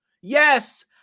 Yes